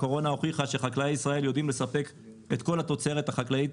הקורונה הוכיחה שחקלאי ישראל יודעים לספק את כל התוצרת החקלאית